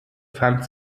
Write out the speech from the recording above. fand